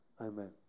Amen